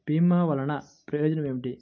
భీమ వల్లన ప్రయోజనం ఏమిటి?